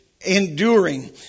enduring